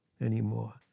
anymore